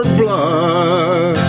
blood